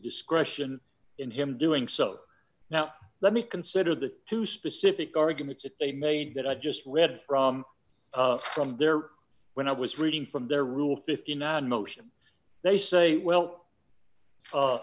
discretion in him doing so now let me consider the two specific arguments that they made that i just read from from there when i was reading from their rule fifty nine motion they say well